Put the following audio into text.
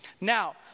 Now